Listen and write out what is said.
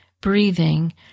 breathing